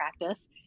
practice